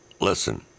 listen